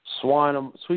Swine